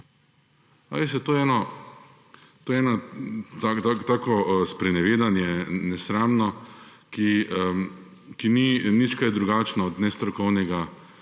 to je eno tako sprenevedanje, nesramno, ki ni nič kaj drugačno od nestrokovnega